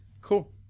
cool